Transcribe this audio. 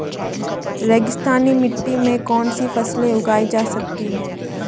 रेगिस्तानी मिट्टी में कौनसी फसलें उगाई जा सकती हैं?